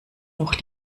noch